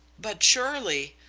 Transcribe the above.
but surely,